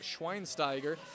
Schweinsteiger